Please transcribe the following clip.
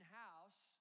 house